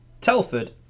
Telford